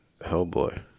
Hellboy